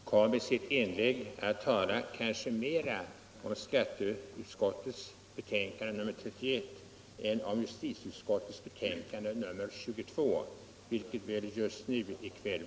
Herr talman! Herr Carlsson i Vikmanshyttan talade mera om skatteutskottets betänkande nr 31 än om justitieutskottets betänkande nr 22, som vi behandlar just i kväll.